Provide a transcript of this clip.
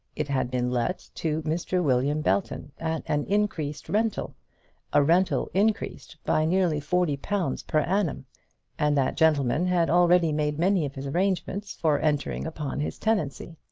it had been let to mr. william belton at an increased rental a rental increased by nearly forty pounds per annum and that gentleman had already made many of his arrangements for entering upon his tenancy.